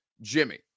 Jimmy